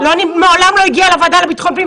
מעולם לא הגיעה לוועדה לביטחון פנים,